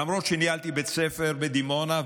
למרות שניהלתי בית ספר בדימונה,